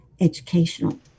educational